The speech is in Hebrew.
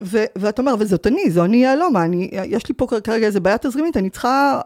ואת אומרת, וזאת אני, זו אני הלומה, יש לי פה כרגע איזה בעיה תזרימית, אני צריכה...